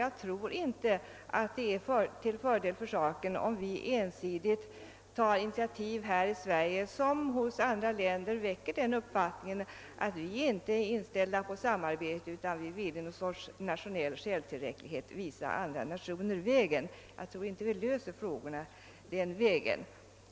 Jag tror inte att det är till fördel för saken, om vi här i Sverige ensidigt tar initiativ som i andra länder väcker den uppfattningen, att vi inte är inställda på samarbete utan att vi vill i något slags nationell självtillräcklighet visa andra nationer vägen. Jag tror inte att vi löser frågorna på det sättet.